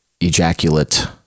ejaculate